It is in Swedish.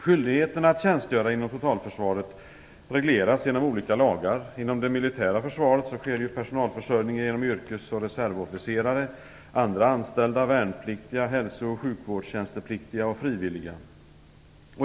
Skyldigheten att tjänstgöra inom totalförsvaret regleras genom olika lagar. Inom det militära försvaret sker personalförsörjningen genom yrkes och reservofficerare, andra anställda, värnpliktiga, hälsooch sjukvårdstjänstepliktiga och frivilliga.